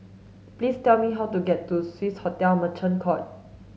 please tell me how to get to Swissotel Merchant Court